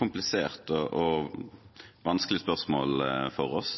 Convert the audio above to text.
komplisert og vanskelig spørsmål for oss.